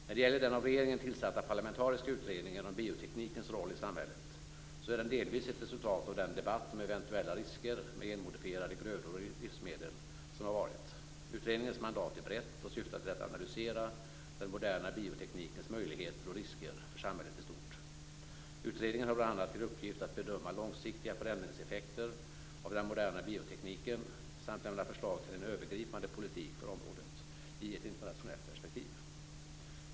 När det gäller den av regeringen tillsatta parlamentariska utredningen om bioteknikens roll i samhället så är den delvis ett resultat av den debatt om eventuella risker med genmodifierade grödor och livsmedel som har varit. Utredningens mandat är brett och syftar till att analysera den moderna bioteknikens möjligheter och risker för samhället i stort. Utredningen har bl.a. till uppgift att bedöma långsiktiga förändringseffekter av den moderna biotekniken samt lämna förslag till en övergripande politik för området i ett internationellt perspektiv.